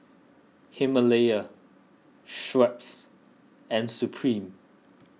Himalaya Schweppes and Supreme